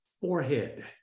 forehead